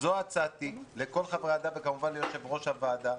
זו הצעתי לכל חברי הוועדה וכמובן ליושב ראש הוועדה.